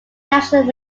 national